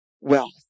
wealth